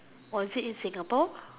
or is it in Singapore